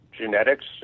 genetics